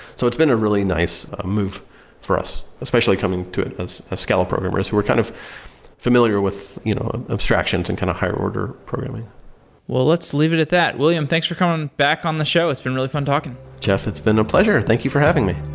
so it's been a really nice move for us, especially coming to it as scala programmers, who were kind of familiar with you know ah abstractions and kind of higher order programming well, let's leave it at that. william, thanks for coming back on the show. it's been really fun talking jeff, it's been a pleasure. thank you for having me